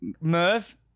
Merv